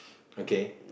okay